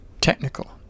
technical